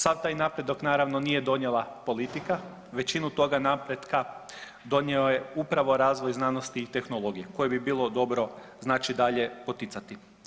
Sav taj napredak naravno nije donijela politika, većinu toga napretka donio je upravo razvoj znanosti i tehnologije koje bi bilo dobro dalje poticati.